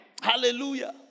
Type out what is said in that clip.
Hallelujah